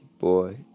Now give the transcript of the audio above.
Boy